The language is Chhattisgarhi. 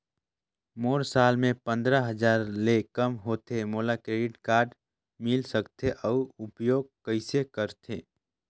मोर साल मे पंद्रह हजार ले काम होथे मोला क्रेडिट कारड मिल सकथे? अउ उपयोग कइसे करथे?